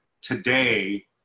today